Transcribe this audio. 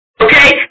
okay